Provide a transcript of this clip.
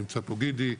נמצא פה גידי,